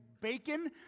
BACON